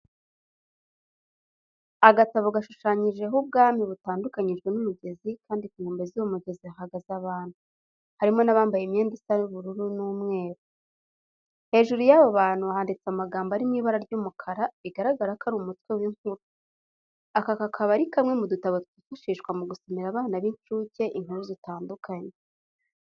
Agatabo gashushanyijeho ubwami butandukanyijwe n'umugezi kandi ku nkombe z'uwo mugezi hahagaze abantu, harimo n'abambaye imyenda isa ubururu n'umweru. Hejuru y'abo bantu handitse amagambo ari mu ibara ry'umukara, bigaragara ko ari umutwe w'inkuru. Aka kakaba ari kamwe mu dutabo twifashishwa mu gusomera abana b'incuke inkuru zitandukanye.